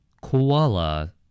koala